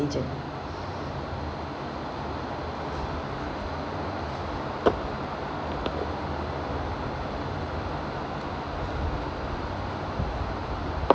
agent